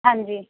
ਹਾਂਜੀ